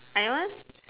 I once